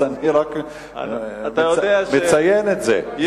אז אני רק מציין את זה,